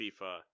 FIFA